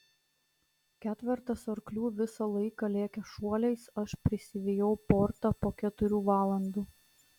ketvertas arklių visą laiką lėkė šuoliais aš prisivijau portą po keturių valandų